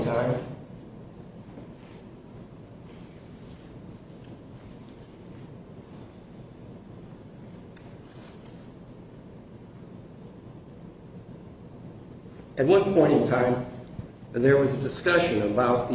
time